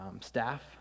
staff